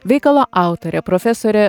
veikalo autorė profesorė